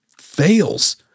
fails